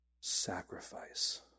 sacrifice